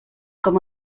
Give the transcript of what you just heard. com